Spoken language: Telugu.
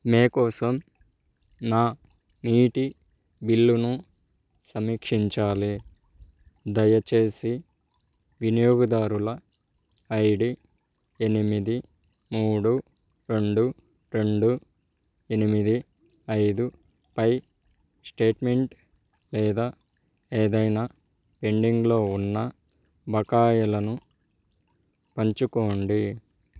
మే కోసం నా నీటి బిల్లును సమీక్షించాలి దయచేసి వినియోగదారుల ఐ డీ ఎనిమిది మూడు రెండు రెండు ఎనిమిది ఐదుపై స్టేట్మెంట్ లేదా ఏదైనా పెండింగ్లో ఉన్న బకాయిలను పంచుకోండి